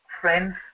friends